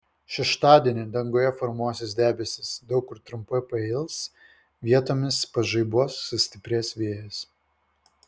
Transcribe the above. šeštadienį danguje formuosis debesys daug kur trumpai pails vietomis pažaibuos sustiprės vėjas